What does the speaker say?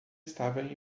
estava